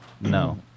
No